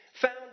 found